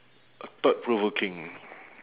a thought provoking